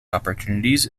opportunities